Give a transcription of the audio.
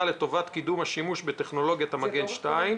לטובת קידום השימוש בטכנולוגיית המגן 2,